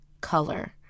color